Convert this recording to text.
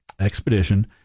expedition